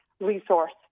resource